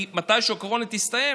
כי מתישהו הקורונה תסתיים,